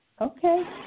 Okay